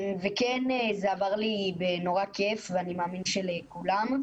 זה עבר לי נורא כייף ואני מאמין שלכולם.